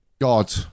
god